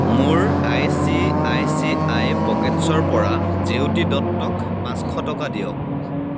মোৰ I C I C I পকেটছ্ৰ পৰা জেউতি দত্তক পাঁচশ টকা দিয়ক